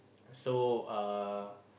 so uh